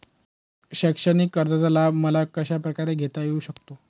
शैक्षणिक कर्जाचा लाभ मला कशाप्रकारे घेता येऊ शकतो?